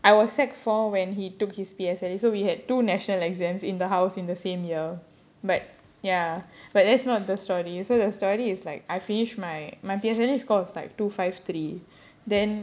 I was secondary four when he took his P_S_L_E so we had two national exams in the house in the same year but ya but that's not the story so the story is like I finish my my P_S_L_E score was like two five three then